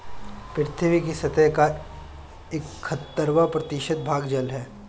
पृथ्वी की सतह का इकहत्तर प्रतिशत भाग जल है